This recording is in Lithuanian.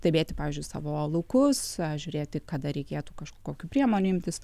stebėti pavyzdžiui savo laukus žiūrėti kada reikėtų kažkokių priemonių imtis